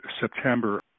September